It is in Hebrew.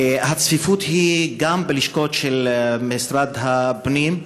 הצפיפות היא גם בלשכות של משרד הפנים,